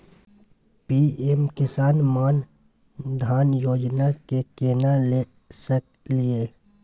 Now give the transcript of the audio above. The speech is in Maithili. पी.एम किसान मान धान योजना के केना ले सकलिए?